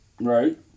Right